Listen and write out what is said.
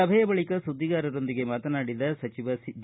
ಸಭೆಯ ಬಳಿಕ ಸುದ್ದಿಗಾರರೊಂದಿಗೆ ಮಾತನಾಡಿದ ಡಿ